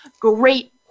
great